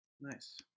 Nice